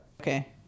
okay